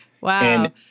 Wow